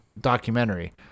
documentary